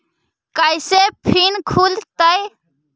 कैसे फिन खुल तय?